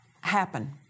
happen